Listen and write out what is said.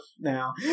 now